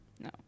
No